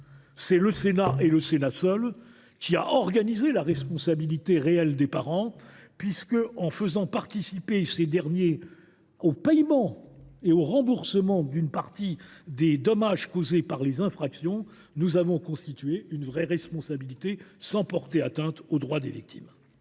c’est le Sénat et le Sénat seul qui a organisé la responsabilité réelle des parents. En faisant participer ces derniers au paiement et au remboursement d’une partie des dommages causés par les infractions, nous avons en effet constitué une véritable responsabilité, sans porter atteinte aux droits des victimes.